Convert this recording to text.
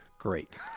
Great